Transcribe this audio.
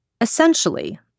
Essentially